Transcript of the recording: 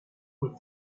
with